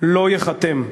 לא ייחתם.